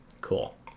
cool